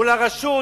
מול הרשות,